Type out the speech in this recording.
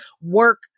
work